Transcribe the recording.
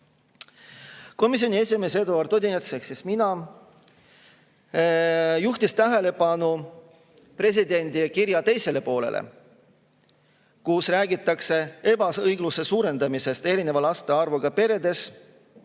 Komisjoni esimees Eduard Odinets ehk mina juhtisin tähelepanu presidendi kirja teisele poolele, kus räägitakse ebaõigluse suurendamisest erineva laste arvuga peredes,